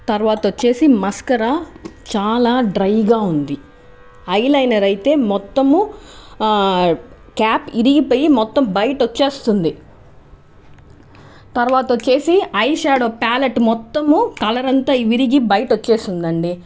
తర్వాత వచ్చేసి మస్కరా చాలా డ్రైగా ఉంది ఐలైనర్ అయితే మొత్తము క్యాప్ విరిగిపోయి మొత్తం బయట వచ్చేస్తుంది తర్వాత వచ్చేసి ఐషాడో ప్యాలెట్ మొత్తము కలర్ అంతా విరిగి బయట వచ్చేసింది అండి